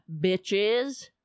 bitches